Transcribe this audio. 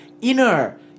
inner